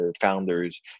founders